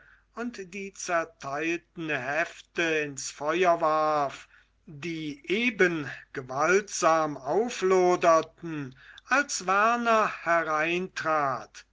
und die zerteilten hefte ins feuer warf die eben gewaltsam aufloderten als werner hereintrat